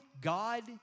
God